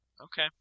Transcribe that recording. Okay